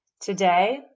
Today